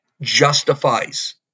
justifies